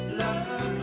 love